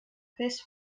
fes